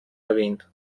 erwähnt